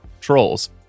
Trolls